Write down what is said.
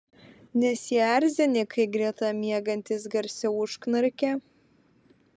nesierzini kai greta miegantis garsiau užknarkia